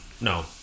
no